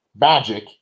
magic